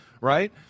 right